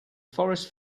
forest